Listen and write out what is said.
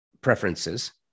preferences